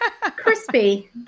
Crispy